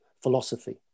philosophy